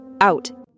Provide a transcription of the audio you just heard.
Out